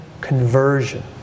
conversion